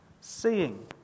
seeing